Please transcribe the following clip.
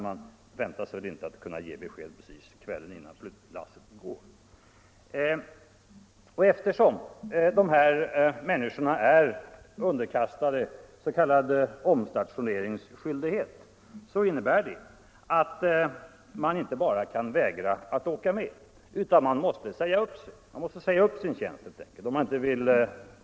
Man väntar väl inte med att ge besked till kvällen innan flyttlasset går. De här människorna är underkastade s.k. omstationeringsskyldighet. Den innebär att man inte bara kan vägra att åka med, utan man måste säga upp sin tjänst.